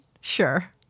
sure